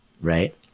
Right